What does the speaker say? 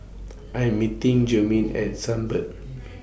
I'm meeting Jermaine At Sunbird